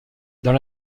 dans